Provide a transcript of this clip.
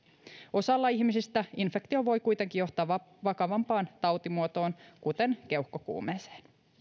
osalla ihmisistä infektio voi kuitenkin johtaa vakavampaan tautimuotoon kuten keuhkokuumeeseen